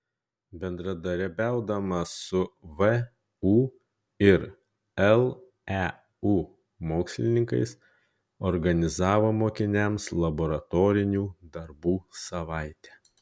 bendradarbiaudama su vu ir leu mokslininkais organizavo mokiniams laboratorinių darbų savaitę